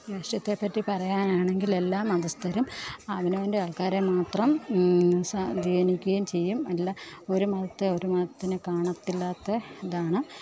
രാഷ്ട്രീയത്തെ പറ്റി പറയാനാണെങ്കിൽ എല്ലാ മതസ്ഥരും അവനവൻ്റെ ആൾക്കാരെ മാത്രം സ്വാധീനിക്കുകയും ചെയ്യും അല്ല ഒരു മതത്തെ ഒരു മതത്തിന് കാണത്തില്ലാത്ത ഇതാണ്